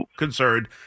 concerned